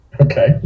Okay